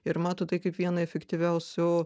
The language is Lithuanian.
ir mato tai kaip vieną efektyviausių